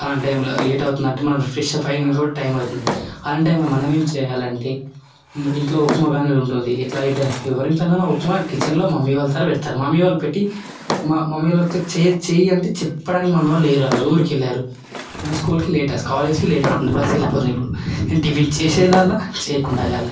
అలాంటి టైంలో లేట్ అవుతున్నట్టు మనం ఫ్రెషప్ అయినికి కూడా టైం అవుతుంది అలాంటి టైంలో మనమేం చేయాలంటే ఇంట్లో ఉప్మాకానే ఉంటుంది ఎట్లా ఎవరింట్లనన్నా కిచెన్లో ఉప్మా మమ్మీ వాళ్ళు సరే పెడతారు మమ్మీ వాళ్ళు పెట్టి మా మమ్మీ చెయ్యి అంటే చెప్పడానికి మా మమ్మీ వాళ్ళు లేరు ఆ రోజు ఊరికి వెళ్లారు స్కూల్కి లేటు కాలేజ్కి లేట్ అవుతుంది బస్సు వెళ్ళిపోతుంది ఇప్పుడు నేను టిఫిన్ చేసి వెళ్ళాలా చేయకుండా వెళ్ళాలి